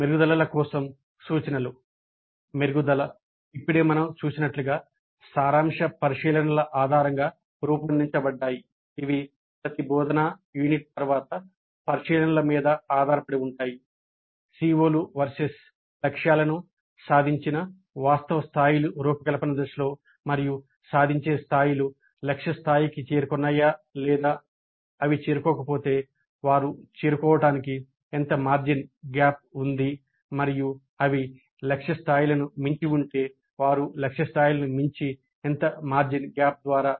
మెరుగుదలల కోసం సూచనలు మెరుగుదల లక్ష్యాలను సాధించిన వాస్తవ స్థాయిలు రూపకల్పన దశలో మరియు సాధించే స్థాయిలు లక్ష్య స్థాయికి చేరుకున్నాయా లేదా అవి చేరుకోలేకపోతే వారు చేరుకోవడానికి ఎంత మార్జిన్ ఉంది మరియు అవి లక్ష్య స్థాయిలను మించి ఉంటే వారు లక్ష్య స్థాయిలను మించి ఎంత మార్జిన్ ద్వారా